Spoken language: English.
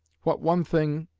what one thing,